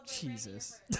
Jesus